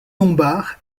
lombard